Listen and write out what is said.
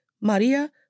Maria